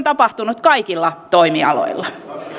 tapahtunut kaikilla toimialoilla